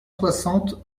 soixante